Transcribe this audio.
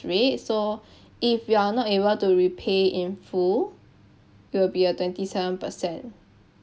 rate so if you are not able to repay in full it will be a twenty seven percent